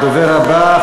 הדובר הבא,